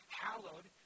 hallowed